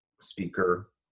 speaker